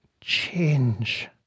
change